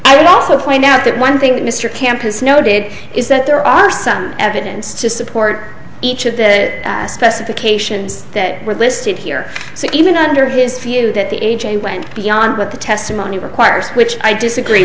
would also point out that one thing that mr camp has noted is that there are some evidence to support each of the specifications that were listed here so even under his few that the a j went beyond what the testimony requires which i disagree